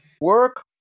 Work